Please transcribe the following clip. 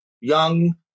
young